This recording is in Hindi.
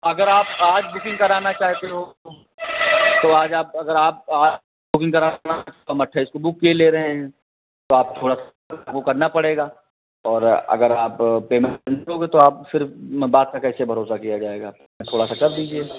अगर आप आज बुकिंग कराना चाहते हो तो आज आप अगर आप आज बुकिंग करा तो हम अट्ठाईस को बुक किए ले रहे हैं तो आप थोड़ा वो करना पड़ेगा और अगर आप पेमेंट नहीं दोगे तो आप फिर बात पर कैसे भरोसा किया जाएगा थोड़ा सा कर दीजिए